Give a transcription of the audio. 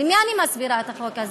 למי אני מסבירה את החוק הזה?